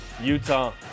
Utah